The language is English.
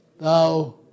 Thou